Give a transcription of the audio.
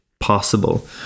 possible